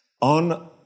On